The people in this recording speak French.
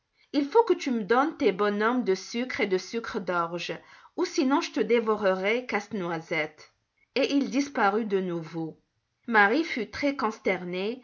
il faut que tu me donnes tes bonshommes de sucre et de sucre d'orge ou sinon je te dévorerai casse-noisette et il disparut de nouveau marie fut